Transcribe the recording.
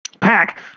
pack